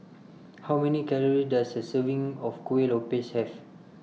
How Many Calories Does A Serving of Kueh Lopes Have